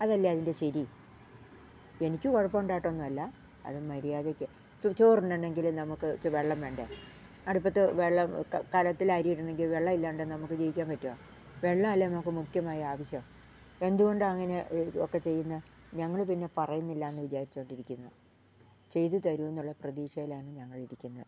അതല്ലെ അതിൻ്റെ ശരി എനിക്ക് കുഴപ്പം ഉണ്ടായിട്ടൊന്നുമല്ല അത് മര്യാദയ്ക്ക് ചോറ് ഉണ്ണണമെങ്കിൽ നമുക്ക് ഇച്ചിരെ വെള്ളം വേണ്ടേ അടുപ്പത്ത് വെള്ളം കലത്തിൽ അരിയിടമെങ്കിൽ വെള്ളം ഇല്ലാണ്ട് നമുക്ക് ജീവക്കാൻ പറ്റുമോ വെള്ളം അല്ലേ നമുക്ക് മുഖ്യമായ ആവശ്യം എന്തുകൊണ്ടാണ് അങ്ങനെ ഒക്കെ ചെയ്യുന്നത് ഞങ്ങൾ പിന്നെ പറയുന്നില്ല എന്നു വിചാരിച്ചു കൊണ്ടിരിക്കുന്നത് ചെയ്തു തരുമെന്നുള്ള പ്രതീക്ഷയിലാണ് ഞങ്ങൾ ഇരിക്കുന്നത്